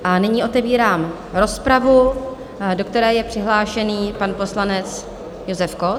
A nyní otevírám rozpravu, do které je přihlášený pan poslanec Josef Kott.